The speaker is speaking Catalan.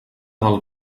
del